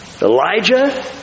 Elijah